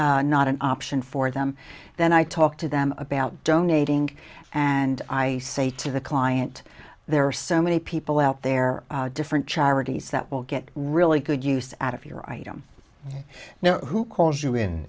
not an option for them then i talk to them about donating and i say to the client there are so many people out there different charities that will get really good use out of your item now who calls you